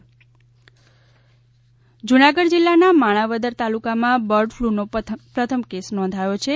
bird flu Junagadh જિલ્લાના માણાવદર તાલુકામાં bird ફ્લૂનો પ્રથમ કેસ નોંધાયો છે